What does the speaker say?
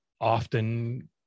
often